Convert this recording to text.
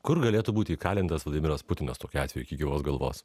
kur galėtų būti įkalintas vladimiras putinas tokiu atveju iki gyvos galvos